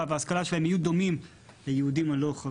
וההשכלה שלהם יהיו דומים ליהודים הלא חרדים.